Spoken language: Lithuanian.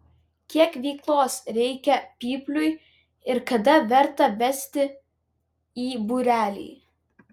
kiek veiklos reikia pypliui ir kada verta vesti į būrelį